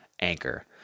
Anchor